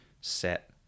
set